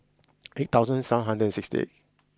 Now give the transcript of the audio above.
eight thousand seven hundred and sixty eight